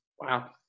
Wow